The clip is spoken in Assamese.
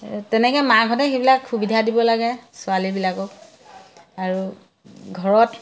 তেনেকে মাকহঁতে সেইবিলাক সুবিধা দিব লাগে ছোৱালীবিলাকক আৰু ঘৰত